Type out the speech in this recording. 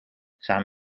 samen